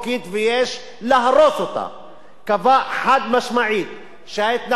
קבע חד-משמעית שההתנחלויות הן לא חוקיות ויש לפנות אותן.